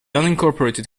unincorporated